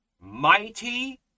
mighty